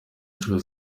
inshuro